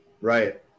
right